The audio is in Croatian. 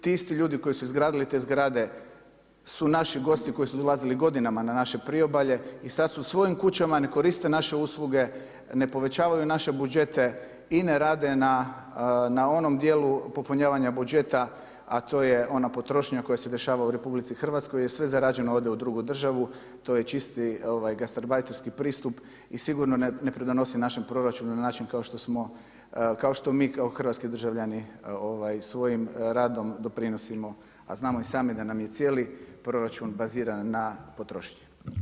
Ti isti ljudi koji su izgradili te zgrade su naši gosti koji su dolazili godinama na naše priobalje i sad su u svojim kućama, ne koriste naše usluge, ne povećavaju naše budžete i ne rade na onom dijelu popunjavanju budžeta, a to je ona potrošnja koja se dešava u RH, jer sve zarađeno ode u drugu državu i to je čisti gastarbajterski pristup i sigurno ne doprinosi našem proračunu na način kao što mi kao hrvatski državljani svojim radom doprinosimo, a znamo i sami da nam je cijeli proračun baziran na potrošnji.